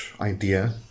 idea